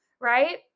right